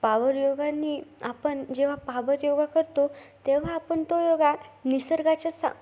power योगानी आपण जेव्हा पावर योगा करतो तेव्हा आपण तो योगा निसर्गाच्या सा